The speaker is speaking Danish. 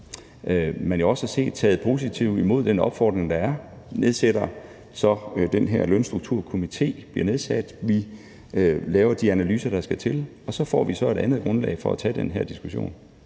også har set, taget positivt imod den opfordring, der er. Vi nedsætter så den her Lønstrukturkomité. Vi laver de analyser, der skal til, og så får vi et andet grundlag for at tage den her diskussion.